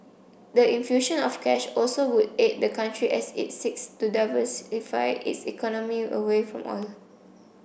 the infusion of cash also would aid the country as it seeks to diversify its economy away from oil